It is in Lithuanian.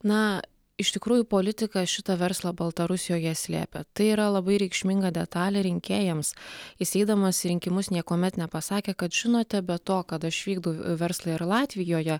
na iš tikrųjų politikas šitą verslą baltarusijoje slėpė tai yra labai reikšminga detalė rinkėjams jis eidamas į rinkimus niekuomet nepasakė kad žinote be to kad aš vykdau verslą ir latvijoje